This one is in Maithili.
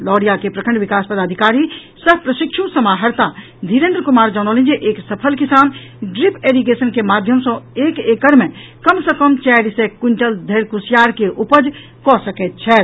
लौरिया के प्रखंड विकास पदाधिकारी सह प्रशिक्षु समाहर्ता धीरेन्द्र कुमार जनौलनि जे एक सफल किसान ड्रीप एरीगेशन के माध्यम सॅ एक एकड़ मे कम सॅ कम चारि सय क्विंटल धरि कुसियार के उपज कऽ सकैत छथि